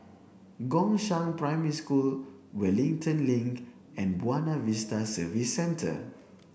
Gongshang Primary School Wellington Link and Buona Vista Service Centre